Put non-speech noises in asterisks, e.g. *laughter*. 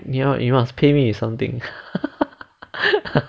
你要 you must pay me with something *laughs*